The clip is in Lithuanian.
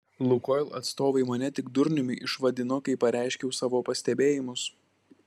lukoil atstovai mane tik durniumi išvadino kai pareiškiau savo pastebėjimus